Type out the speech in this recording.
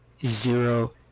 zero